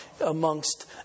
amongst